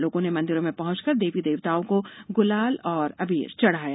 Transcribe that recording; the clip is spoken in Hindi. लोगों ने मंदिरों में पहच कर देवी देवताओं को ग्लाल अवीर चढ़ाया